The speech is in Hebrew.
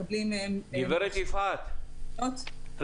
מקבלים מהם --- הגברת יפעת --- נתונים